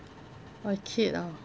a kid or